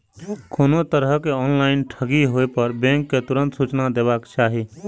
कोनो तरहक ऑनलाइन ठगी होय पर बैंक कें तुरंत सूचना देबाक चाही